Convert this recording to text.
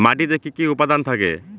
মাটিতে কি কি উপাদান থাকে?